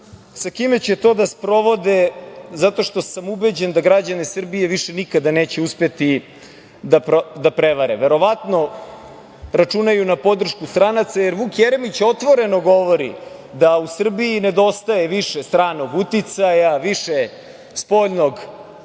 sa kime će to da sprovode, zato što sam ubeđen da građani Srbije više nikada neće uspeti da prevare. Verovatno računaju na podršku stranaca, jer Vuk Jeremić otvoreno govori da u Srbiji nedostaje više stranog uticaja, više spoljnog